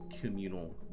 communal